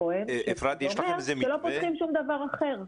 זה אומר שלא פותחים שום דבר אחר.